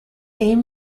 aim